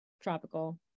tropical